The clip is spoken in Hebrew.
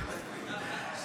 העיקר שכולנו מאותו בית.